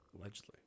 Allegedly